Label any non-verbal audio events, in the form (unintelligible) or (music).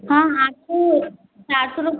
हाँ (unintelligible) सात सौ रुपये